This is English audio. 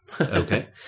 Okay